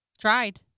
Tried